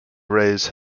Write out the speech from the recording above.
rays